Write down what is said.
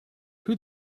who